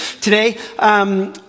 today